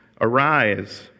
Arise